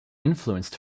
influenced